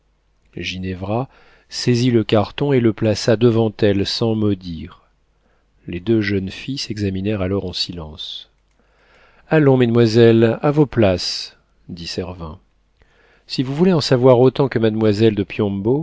ginevra saisit le carton et le plaça devant elle sans mot dire les deux jeunes filles s'examinèrent alors en silence allons mesdemoiselles à vos places dit servin si vous voulez en savoir autant que mademoiselle de